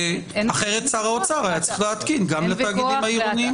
אחרת שר האוצר היה צריך להתקין גם לתאגידים העירוניים.